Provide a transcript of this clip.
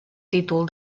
títol